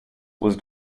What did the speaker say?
was